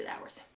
hours